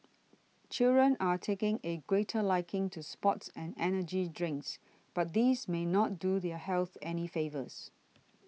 children are taking a greater liking to sports and energy drinks but these may not do their health any favours